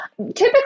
Typically